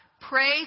Pray